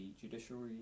judiciary